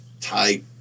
type